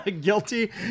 Guilty